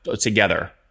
together